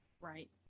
Right